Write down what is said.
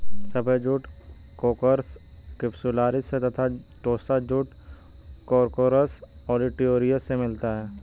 सफ़ेद jute Corchorus capsularis से तथा टोस्सा जूट कोर्कोरस ओलिटोरियस से मिलता है